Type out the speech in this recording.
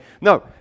No